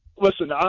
listen